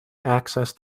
access